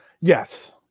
Yes